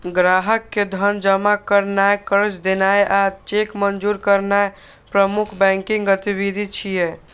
ग्राहक के धन जमा करनाय, कर्ज देनाय आ चेक मंजूर करनाय प्रमुख बैंकिंग गतिविधि छियै